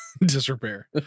disrepair